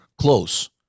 close